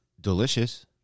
Delicious